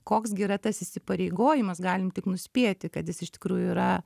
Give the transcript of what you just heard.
koks gi yra tas įsipareigojimas galim tik nuspėti kad jis iš tikrųjų yra